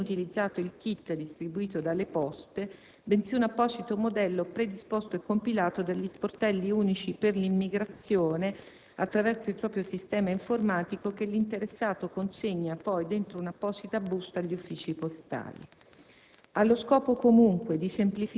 per la presentazione dell'istanza non viene utilizzato il *kit* distribuito dalle Poste bensì un apposito modello predisposto e compilato dagli sportelli unici per l'immigrazione attraverso il proprio sistema informatico che l'interessato consegna poi dentro un'apposita busta agli uffici postali.